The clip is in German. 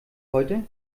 heute